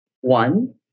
one